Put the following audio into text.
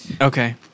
Okay